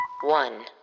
One